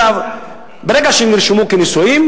ברגע שהם נרשמו כנשואים,